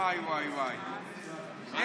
לא